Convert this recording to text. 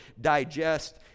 digest